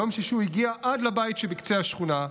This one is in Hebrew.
ביום שישי הוא הגיע עד לבית שבקצה השכונה,